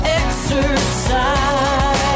exercise